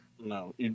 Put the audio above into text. No